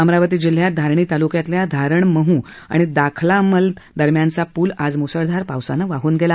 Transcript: अमरावतीत जिल्ह्यात धारणी ताल्क्यातल्या धारण मह आणि दाखला मल दरम्यानचा पूल आज म्सळधार पावसानं वाहून गेला